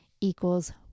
equals